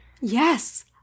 Yes